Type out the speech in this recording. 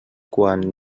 quan